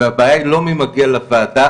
והבעיה היא לא מי מגיע לוועדה,